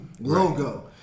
logo